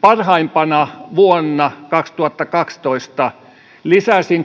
parhaimpana vuonna kaksituhattakaksitoista lisäsin